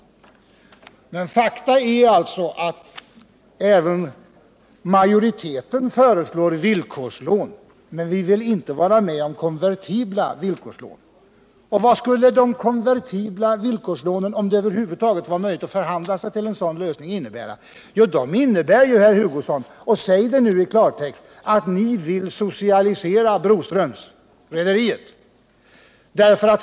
Men faktum är alltså att även utskottsmajoriteten föreslår villkorslån, men vi vill inte vara med om konvertibla villkorslån. Vad skulle de konvertibla villkorslånen innebära, om det var möjligt att förhandla sig till en sådan lösning? Jo, de skulle innebära — och säg det nu i klartext, Kurt Hugosson! — socialisering av Broströmsrederiet.